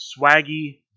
Swaggy